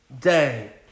day